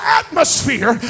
atmosphere